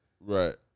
Right